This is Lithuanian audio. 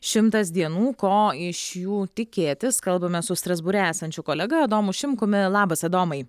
šimtas dienų ko iš jų tikėtis kalbamės su strasbūre esančiu kolega adomu šimkumi labas adomai